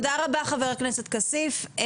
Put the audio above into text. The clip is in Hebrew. תודה רבה חבר הכנסת כסיף ,